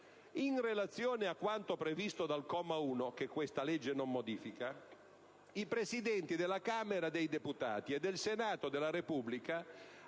«In relazione a quanto previsto dal comma 1,» ‑ che questo provvedimento non modifica ‑ «i Presidenti della Camera dei deputati e del Senato della Repubblica,